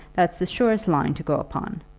that's the surest line to go upon.